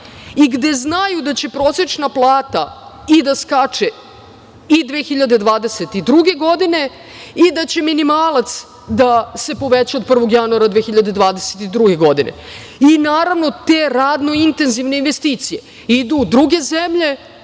i gde znaju da će prosečna plata da skače i 2022. godine i da će minimalac da se poveća od 1. januara 2022. godine. Naravno, te radno-intenzivne investicije idu u druge zemlje